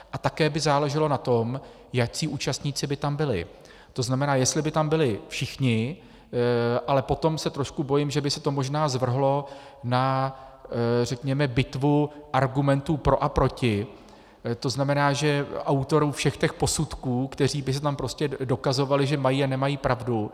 A také by záleželo na tom, jací účastníci by tam byli, to znamená, jestli by tam byli všichni, ale potom se trošku bojím, že by se to možná zvrhlo na řekněme bitvu argumentů pro a proti, to znamená, že autorů všech těch posudků, kteří by si tam prostě dokazovali, že mají a nemají pravdu.